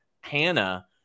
Hannah